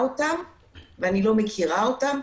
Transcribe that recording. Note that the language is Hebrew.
אני.